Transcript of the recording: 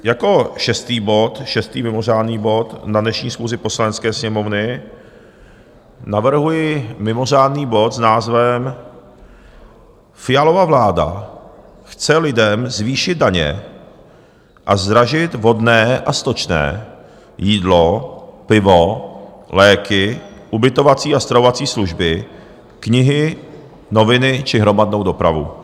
Jako šestý bod, šestý mimořádný bod na dnešní schůzi Poslanecké sněmovny, navrhuji mimořádný bod s názvem Fialova vláda chce lidem zvýšit daně a zdražit vodné a stočné, jídlo, pivo, léky, ubytovací a stravovací služby, knihy, noviny či hromadnou dopravu.